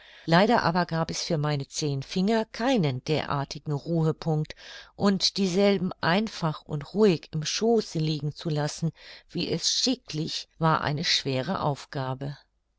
leider aber gab es für meine zehn finger keinen derartigen ruhepunkt und dieselben einfach und ruhig im schooße liegen zu lassen wie es schicklich war eine schwere aufgabe